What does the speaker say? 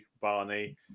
Barney